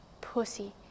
Pussy